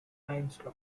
timeslot